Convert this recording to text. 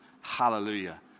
Hallelujah